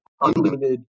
unlimited